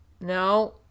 No